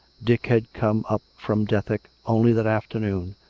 dick had come up from dethick only that afternoon,